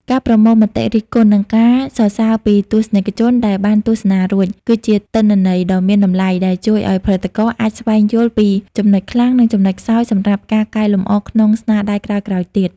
ការប្រមូលមតិរិះគន់ និងការសរសើរពីទស្សនិកជនដែលបានទស្សនារួច គឺជាទិន្នន័យដ៏មានតម្លៃដែលជួយឱ្យផលិតករអាចស្វែងយល់ពីចំណុចខ្លាំង និងចំណុចខ្សោយសម្រាប់ការកែលម្អក្នុងស្នាដៃក្រោយៗទៀត។